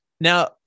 now